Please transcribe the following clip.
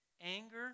Anger